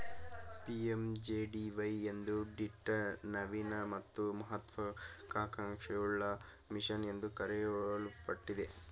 PMJDY ಒಂದು ದಿಟ್ಟ ನವೀನ ಮತ್ತು ಮಹತ್ವ ಕಾಂಕ್ಷೆಯುಳ್ಳ ಮಿಷನ್ ಎಂದು ಕರೆಯಲ್ಪಟ್ಟಿದೆ